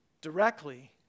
directly